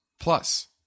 plus